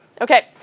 okay